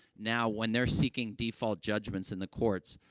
now, when they're seeking default judgments in the courts,